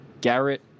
Garrett